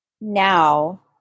now